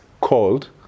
called